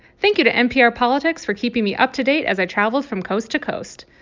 thank you to npr politics for keeping me up to date as i traveled from coast to coast.